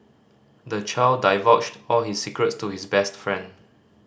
the child divulged all his secrets to his best friend